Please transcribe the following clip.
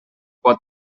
pot